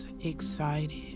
excited